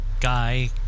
guy